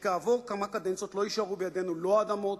שכעבור כמה קדנציות לא יישארו בידינו לא אדמות,